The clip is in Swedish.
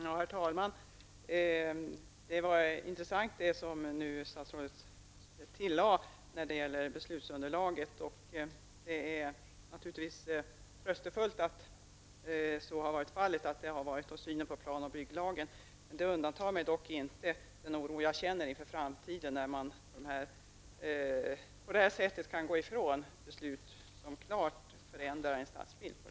Herr talman! Det som statsrådet nu tillade om beslutsunderlaget var intressant. Det är naturligtvis tröstefullt att hänsynen till plan och bygglagen varit vägledande, men det stillar inte den oro inför framtiden som jag känner när man kan frångå en översiktsplan och på detta sätt klart förändra en stadsbild.